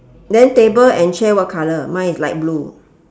then table and chair what colour mine is light blue